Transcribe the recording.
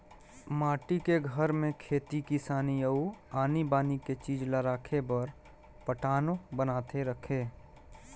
माटी के घर में खेती किसानी अउ आनी बानी के चीज ला राखे बर पटान्व बनाए रथें